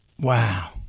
Wow